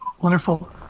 Wonderful